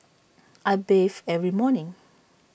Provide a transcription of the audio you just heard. I bathe every morning